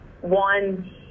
one